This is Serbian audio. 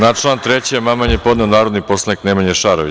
Na član 3. amandman je podneo narodni poslanik Nemanja Šarović.